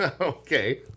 Okay